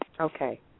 Okay